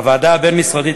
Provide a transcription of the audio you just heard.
הוועדה הבין-משרדית,